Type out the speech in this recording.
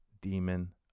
demon